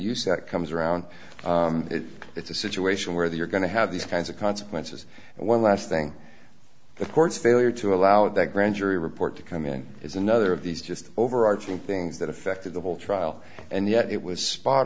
use that comes around it it's a situation where you're going to have these kinds of consequences and one last thing the courts failure to allow that grand jury report to come in is another of these just overarching things that affected the whole trial and yet it was spot